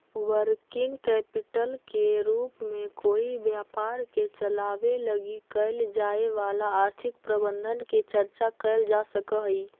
working capital के रूप में कोई व्यापार के चलावे लगी कैल जाए वाला आर्थिक प्रबंधन के चर्चा कैल जा सकऽ हई